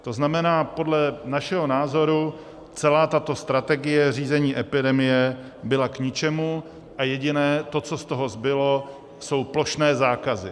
To znamená, podle našeho názoru celá tato strategie řízení epidemie byla k ničemu a to jediné, co z toho zbylo, jsou plošné zákazy.